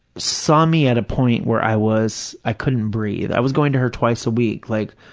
saw me at a point where i was, i couldn't breathe. i was going to her twice a week, like,